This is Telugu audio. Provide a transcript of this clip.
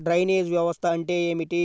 డ్రైనేజ్ వ్యవస్థ అంటే ఏమిటి?